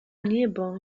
niebo